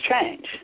change